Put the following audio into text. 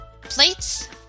plates